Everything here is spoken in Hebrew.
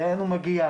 לאן הוא מגיע,